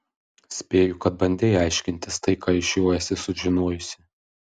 spėju kad bandei aiškintis tai ką iš jo esi sužinojusi